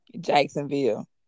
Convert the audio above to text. Jacksonville